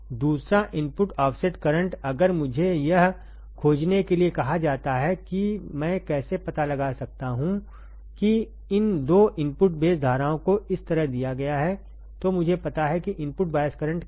दूसरा input offset current अगर मुझे यह खोजने के लिए कहा जाता है कि मैं कैसे पता लगा सकता हूँ कि इन 2 इनपुट बेस धाराओं को इस तरह दिया गया है तो मुझे पता है कि इनपुट बायस करंट क्या है